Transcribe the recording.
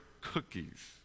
cookies